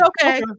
Okay